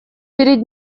перед